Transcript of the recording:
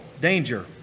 danger